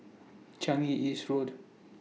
Changi East Road